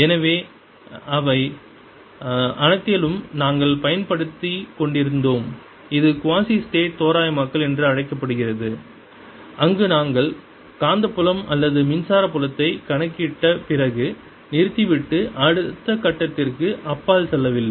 எனவே இவை அனைத்திலும் நாங்கள் பயன்படுத்திக் கொண்டிருந்தோம் இது குவாசிஸ்டேடிக் தோராயமாக்கல் என்று அழைக்கப்படுகிறது அங்கு நாங்கள் காந்தப்புலம் அல்லது மின்சார புலத்தை கணக்கிட்ட பிறகு நிறுத்திவிட்டு அடுத்த கட்டத்திற்கு அப்பால் செல்லவில்லை